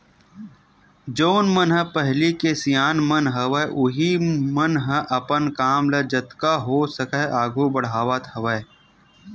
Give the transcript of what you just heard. जउन मन ह पहिली के सियान मन हवय उहीं मन ह अपन काम ल जतका हो सकय आघू बड़हावत हवय